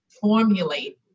formulate